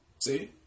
See